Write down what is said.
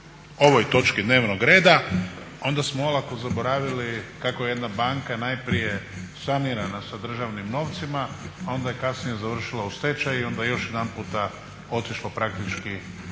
ovoj točki dnevnog reda onda smo olako zaboravili kako je jedna banka najprije sanirana sa državnim novcima a onda je kasnije završila u stečaju i onda je još jedanputa otišlo praktički